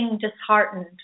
disheartened